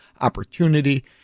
opportunity